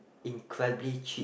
incredibly cheap